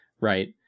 right